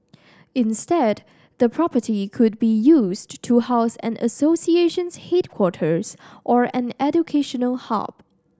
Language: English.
instead the property could be used to house an association's headquarters or an educational hub